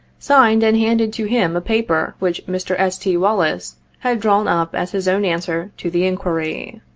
signed and handed to him a paper which mr. s. t. wallis had drawn up as his own answer to the inquiry